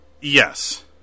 Yes